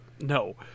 no